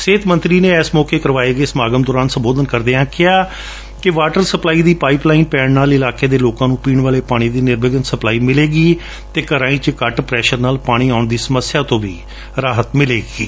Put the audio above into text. ਸਿਹਤ ਮੰਤਰੀ ਨੇ ਇਸ ਮੌਕੇ ਕਰਵਾਏ ਗਏ ਸਮਾਗਮ ਦੌਰਾਨ ਸੰਬੋਧਨ ਕਰਦਿਆਂ ਕਿਹਾ ਕਿ ਵਾਟਰ ਸਪਲਾਈ ਦੀ ਪਾਈਪ ਲਾਈਨ ਪੈਣ ਨਾਲ ਇਲਾਕੇ ਦੇ ਲੋਕਾਂ ਨੂੰ ਪੀਣ ਵਾਲੇ ਪਾਣੀ ਦੀ ਨਿਰਵਿਘਨ ਸਪਲਾਈ ਮਿਲੇਗੀ ਅਤੇ ਘਰਾਂ ਵਿੱਚ ਘੱਟ ਪ੍ਰੈਸ਼ਰ ਨਾਲ ਪਾਣੀ ਆਉਣ ਦੀ ਸਮੱਸਿਆ ਹੱਲ ਹੋਣ ਨਾਲ ਰਾਹਤ ਮਿਲੇਗੀ